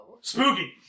Spooky